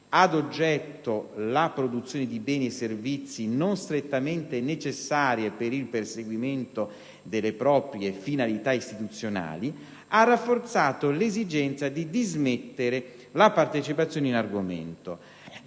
ad oggetto la produzione di beni e servizi non strettamente necessarie per il perseguimento delle proprie finalità istituzionali, ha rafforzato l'esigenza di dismettere la partecipazione in argomento;